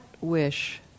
wish